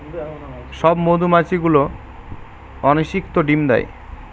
সব মধুমাছি গুলো অনিষিক্ত ডিম দেয়